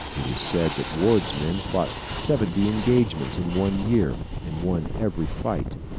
it is said that ward's men fought seventy engagements in one year, and won every fight.